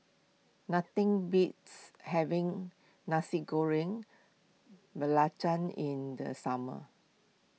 nothing beats having Nasi Goreng Belacan in the summer